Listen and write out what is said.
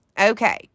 Okay